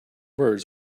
words